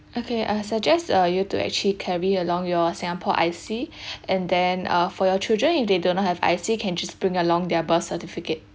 okay I suggest uh you to actually carry along your singapore I_C and then uh for your children if they do not have I_C can just bring along their birth certificate